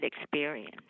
experience